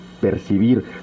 percibir